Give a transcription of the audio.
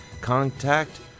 contact